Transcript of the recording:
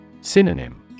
Synonym